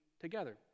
together